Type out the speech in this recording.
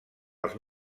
els